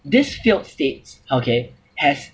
this failed states okay has